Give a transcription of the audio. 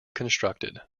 constructed